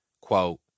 Quote